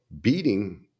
beating